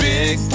Big